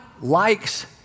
likes